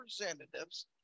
representatives